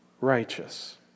righteous